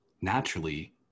naturally